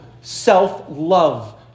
self-love